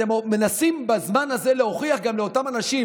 אתם מנסים בזמן הזה להוכיח לאותם אנשים